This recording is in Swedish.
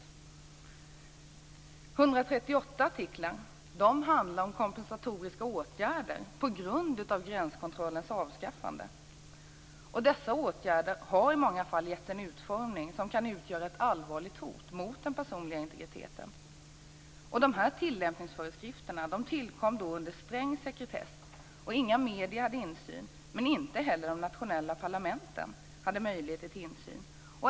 138 artiklar handlar om kompensatoriska åtgärder på grund av gränskontrollernas avskaffande. Dessa åtgärder har i många fall getts en utformning som kan utgöra ett allvarligt hot mot den personliga integriteten. Tillämpningsföreskrifterna tillkom under sträng sekretess. Inga medier hade insyn. Inte heller de nationella parlamenten hade möjligheter till insyn.